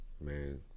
man